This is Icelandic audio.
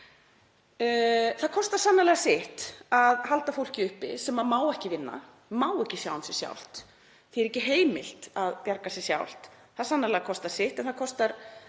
Það kostar sannarlega sitt að halda fólki uppi sem má ekki vinna, má ekki sjá um sig sjálft, er ekki heimilt að bjarga sér sjálft. Það sannarlega kostar sitt en það kostar